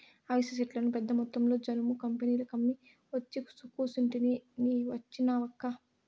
అవిసె సెట్లను పెద్దమొత్తంలో జనుము కంపెనీలకమ్మి ఒచ్చి కూసుంటిని నీ వచ్చినావక్కా